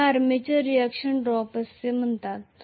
याला armature reaction drop असे म्हणतात